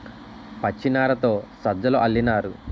పచ్చినారతో సజ్జలు అల్లినారు